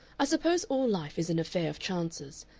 i suppose all life is an affair of chances.